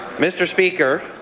mr. speaker,